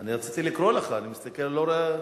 אני רציתי לקרוא לך, אני מסתכל, אני לא רואה.